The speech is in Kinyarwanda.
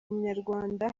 umunyarwanda